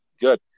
good